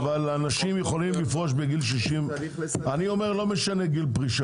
אני טוען שגיל הפרישה לא משנה.